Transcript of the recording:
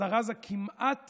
הזרז כמעט